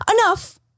Enough